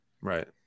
Right